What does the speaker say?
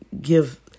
give